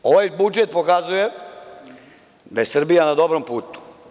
Ovaj budžet pokazuje da je Srbija na dobrom putu.